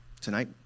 Tonight